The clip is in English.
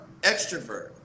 extrovert